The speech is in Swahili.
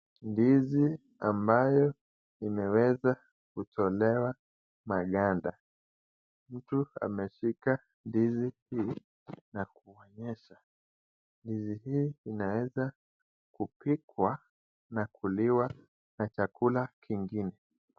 Ndizi ambayo imeweza kutolewa maganda. Mtu ameshika ndizi hii na kuonyesha ndizi hii inaweza kupikwa na kuliwa na chakula kingine.